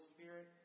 Spirit